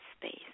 space